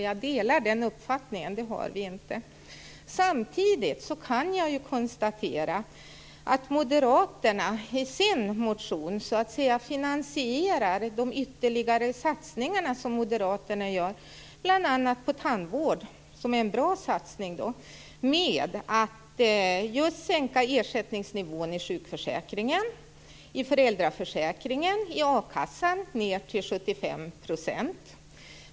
Jag delar den uppfattningen - det har vi inte. Samtidigt kan jag konstatera att Moderaterna i sin motion finansierar de ytterligare satsningar som Moderaterna gör på bl.a. tandvård - som är en bra satsning - med att just sänka ersättningsnivån i sjukförsäkringen, i föräldraförsäkringen och i a-kassan ned till 75 %.